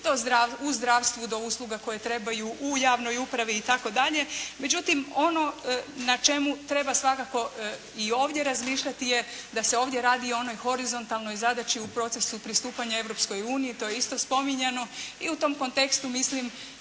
u zdravstvu do usluga koje trebaju u javnoj upravi itd., međutim ono na čemu treba svakako i ovdje razmišljati je da se ovdje radi o onoj horizontalnoj zadaći u procesu pristupanja Europskoj uniji, to je isto spominjano i u tom kontekstu mislim